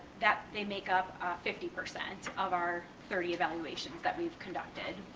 that they make up fifty percent of our thirty evaluations that we've conducted.